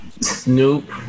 Snoop